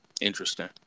Interesting